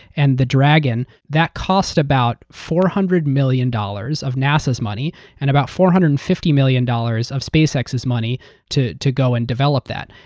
and the dragon, that cost about four hundred million dollars of nasa's money and about four hundred and fifty million dollars of spacex's money to to go and develop that.